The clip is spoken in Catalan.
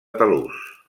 talús